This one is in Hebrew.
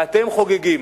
ואתם חוגגים.